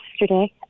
yesterday